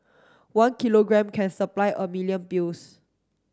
one kilogram can supply a million pills